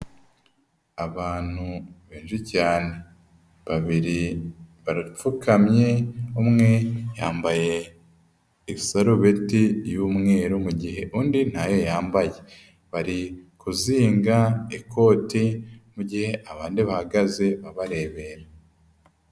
Abantu benshi cyane babiri barapfukamye, umwe yambaye esarobeti y'umweru mu gihe undi ntayo yambaye bari kuzinga ikote mu gihe abandi bahagaze babarebera.